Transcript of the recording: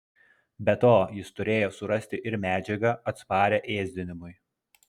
be to jis turėjo surasti ir medžiagą atsparią ėsdinimui